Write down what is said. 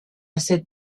cette